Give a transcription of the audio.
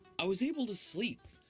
i was able to sleep.